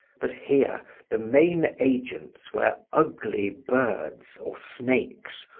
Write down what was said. but here the main agents were ugly birds, or snakes,